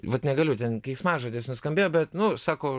vat negaliu ten keiksmažodis nuskambėjo bet nu sako